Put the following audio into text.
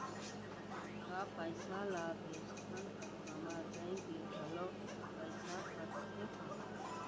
का पइसा ला भेजथन त हमर बैंक ले घलो पइसा कटथे का?